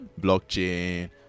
blockchain